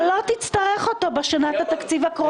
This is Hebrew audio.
אבל אתה לא תצטרך אותו בשנת התקציב הקרובה.